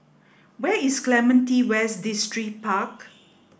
where is Clementi West Distripark